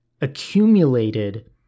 accumulated